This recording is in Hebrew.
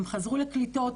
הם חזרו לקליטות,